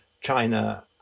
China